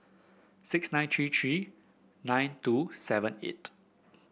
six nine three three nine two seven eight